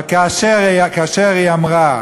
אבל כאשר היא אמרה